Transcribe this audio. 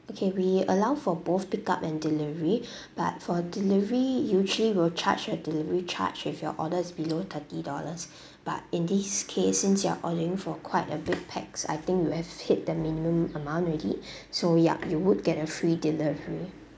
okay we allow for both pick up and delivery but for delivery usually we'll charge a delivery charge if your order is below thirty dollars but in this case since you're ordering for quite a big pax I think you have hit the minimum amount already so ya you would get a free delivery